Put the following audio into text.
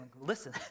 Listen